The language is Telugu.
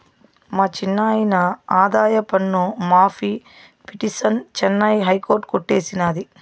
మా చిన్నాయిన ఆదాయపన్ను మాఫీ పిటిసన్ చెన్నై హైకోర్టు కొట్టేసినాది